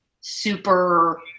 super